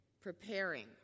preparing